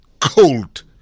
cold